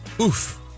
Oof